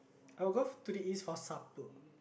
I will go to the east for supper